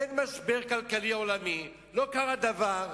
אין משבר כלכלי עולמי, לא קרה דבר,